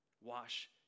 wash